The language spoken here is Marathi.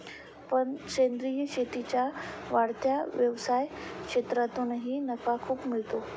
पण सेंद्रीय शेतीच्या वाढत्या व्यवसाय क्षेत्रातूनही नफा खूप मिळतो